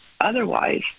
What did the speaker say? otherwise